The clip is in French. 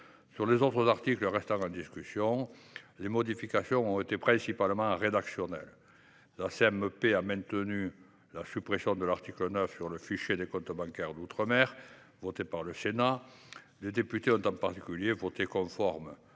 Sur les articles restant en discussion, les modifications ont été principalement rédactionnelles. La commission mixte paritaire a maintenu la suppression de l’article 9 sur le fichier des comptes bancaires d’outre mer, votée par le Sénat. Les députés ont en particulier voté conforme